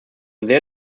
sehr